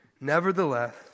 Nevertheless